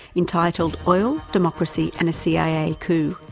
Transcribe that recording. entitled oil, democracy and a cia coup'.